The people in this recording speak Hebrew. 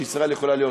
שישראל יכולה להיות